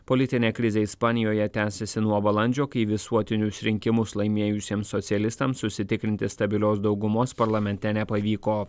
politinė krizė ispanijoje tęsiasi nuo balandžio kai visuotinius rinkimus laimėjusiems socialistams užsitikrinti stabilios daugumos parlamente nepavyko